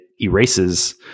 erases